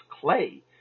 clay